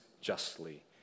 justly